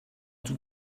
tout